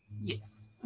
Yes